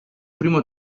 primo